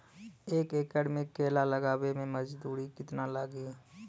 एक एकड़ में केला लगावे में मजदूरी कितना लागी?